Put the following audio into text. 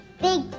big